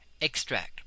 Extract